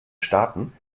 staaten